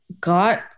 got